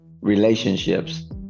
relationships